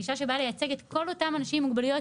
אישה שבאה לייצג את כל אותם אנשים עם מוגבלויות,